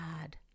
God